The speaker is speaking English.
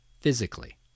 physically